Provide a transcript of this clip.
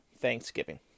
Thanksgiving